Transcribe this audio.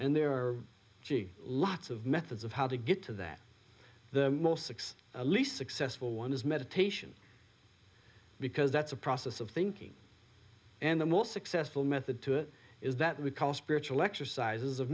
and there are two lots of methods of how to get to that the most six least successful one is meditation because that's a process of thinking and the most successful method to it is that we call spiritual exercises of